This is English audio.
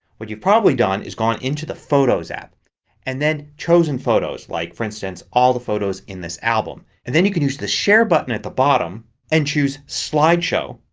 what you've probably done is gone into the photos app and then chosen photos like, for instance, all the photos in this album. and then you could use the share button at the bottom and choose slideshow.